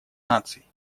наций